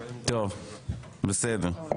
טוב, בסדר.